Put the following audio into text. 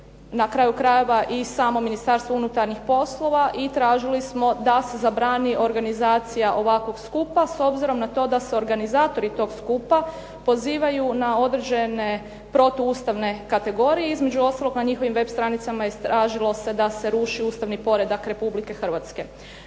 na kraju krajeva i samo Ministarstvo unutarnjih poslova i tražili smo da se zabrani organizacija ovakvog skupa s obzirom na to da se organizatori tog skupa pozivaju na određene protuustavne kategorije, između ostalog na njihovim web stranicama tražilo se da se ruši ustavni poredak Republike Hrvatske.